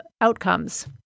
outcomes